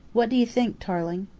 what do you think, tarling?